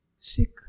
sick